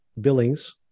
Billings